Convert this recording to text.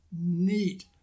Neat